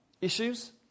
issues